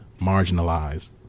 marginalized